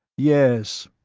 yes,